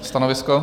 Stanovisko?